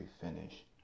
finish